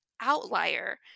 outlier